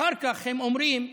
אחר כך הם אומרים,